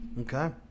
Okay